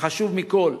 וחשוב מכול,